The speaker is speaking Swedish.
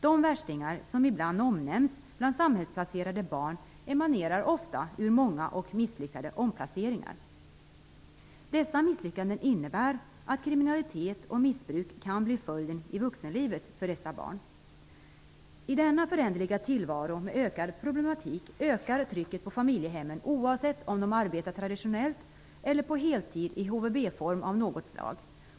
De ''värstingar'' som ibland omnämns bland samhällsplacerade barn emanerar ofta ur många och misslyckade omplaceringar. Dessa misslyckanden innebär att kriminalitet och missbruk i vuxenlivet kan bli följden för dessa barn. I denna föränderliga tillvaro med ökad problematik ökar trycket på familjehemmen, oavsett om de arbetar traditionellt eller på heltid i HVB-form av något slag.